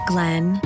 Glenn